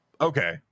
okay